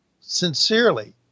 sincerely